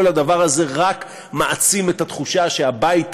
כל הדבר הזה רק מעצים את התחושה שהבית הזה,